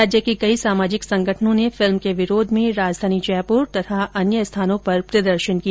राज्य के कई सामाजिक संगठनों ने फिल्म के विरोध में राजधानी जयपुर तथा अन्य स्थानों पर प्रदर्शन किया